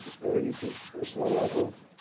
very deep personal level.